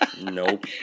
Nope